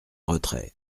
retrait